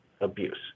abuse